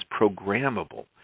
programmable